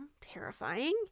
terrifying